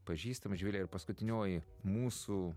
pažįstama živilė ir paskutinioji mūsų